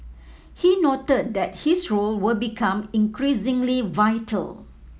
he noted that this role will become increasingly vital